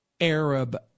Arab